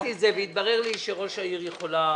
בדקתי את זה, והתברר לי שראשת העיר יכולה